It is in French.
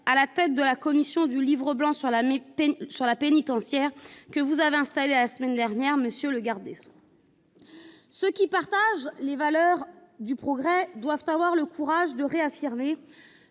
qui préside la commission du Livre blanc sur l'immobilier pénitentiaire que vous avez installée la semaine dernière, monsieur le garde des sceaux. Ceux qui partagent les valeurs du progrès doivent avoir le courage de réaffirmer